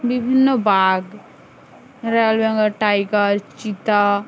বিভিন্ন বাঘ royal Bengal tiger চিতা